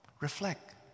Reflect